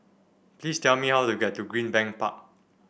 please tell me how to get to Greenbank Park